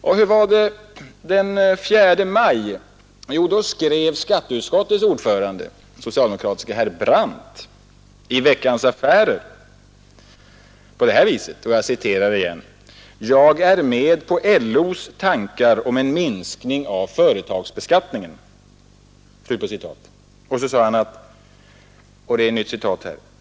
Så sent som den 4 maj skrev skatteutskottets ordförande, socialdemokraten herr Brandt, i Veckans Affärer: ”Jag är med på LO:s tankar om en minskning av företagsbeskattningen.